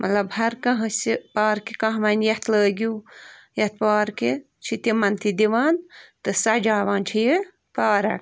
مطلب ہر کانٛہہ ہسہِ پارکہِ کانٛہہ وَنہِ یَتھ لٲگیو یَتھ پارکہِ چھِ تِمن تہِ دِوان تہٕ سَجاوان چھِ یہِ پارک